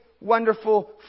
wonderful